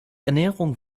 ernährung